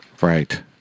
Right